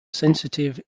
sensitive